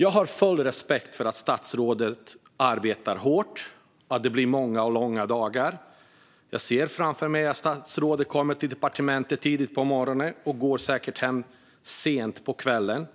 Jag har full respekt för att statsrådet arbetar hårt och att det blir många och långa dagar. Jag ser framför mig att statsrådet kommer till departementet tidigt på morgonen, och säkert går hem sent på kvällen.